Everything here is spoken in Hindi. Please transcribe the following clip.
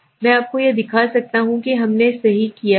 मैं आपको यह दिखा सकता हूं कि हमने सही किया है